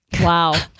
wow